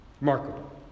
Remarkable